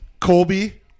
Colby